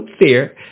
fear